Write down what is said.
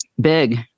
big